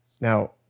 Now